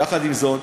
יחד עם זאת,